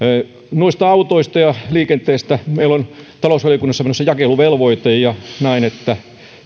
autoista ja liikenteestä meillä on talousvaliokunnassa menossa jakeluvelvoite ja näen että